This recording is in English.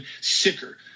sicker